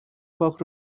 پاک